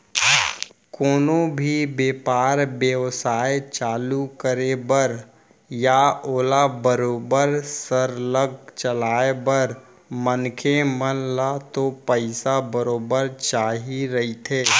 कोनो भी बेपार बेवसाय चालू करे बर या ओला बरोबर सरलग चलाय बर मनखे मन ल तो पइसा बरोबर चाही रहिथे